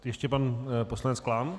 Ještě pan poslanec Klán.